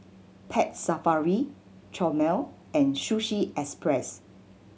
Pets Safari Chomel and Sushi Express